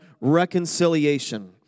reconciliation